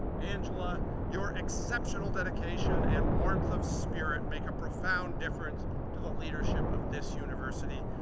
angela, your exceptional dedication and warmth of spirit make a profound difference to the leadership of this university.